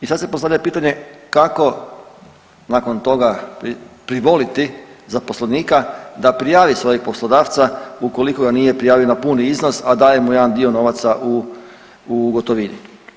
I sad se postavlja pitanje kako nakon toga privoliti zaposlenika da prijavi svojeg poslodavca ukoliko ga nije prijavio na puni iznos, a daje mu jedan dio novaca u, u gotovini.